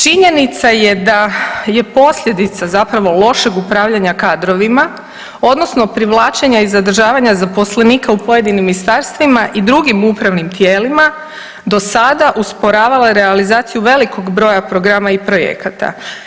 Činjenica je da je posljedica zapravo lošeg upravljanja kadrovima odnosno privlačenja i zadržavanja zaposlenika u pojedinim ministarstvima i drugim upravim tijelima do sada usporavala realizaciju velikog broja programa i projekata.